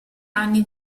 anni